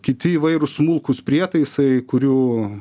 kiti įvairūs smulkūs prietaisai kurių